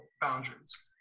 boundaries